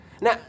Now